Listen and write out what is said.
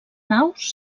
naus